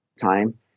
time